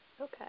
Okay